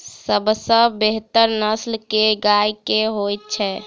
सबसँ बेहतर नस्ल केँ गाय केँ होइ छै?